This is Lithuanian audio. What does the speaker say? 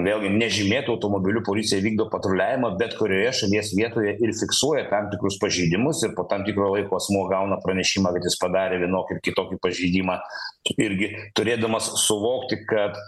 vėlgi nežymėtu automobiliu policija vykdo patruliavimą bet kurioje šalies vietoje ir fiksuoja tam tikrus pažeidimus ir po tam tikro laiko asmuo gauna pranešimą kad jis padarė vienokį ar kitokį pažeidimą irgi turėdamas suvokti kad